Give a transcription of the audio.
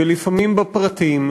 ולפעמים בפרטים,